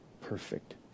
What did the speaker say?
perfect